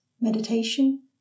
meditation